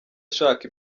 ashaka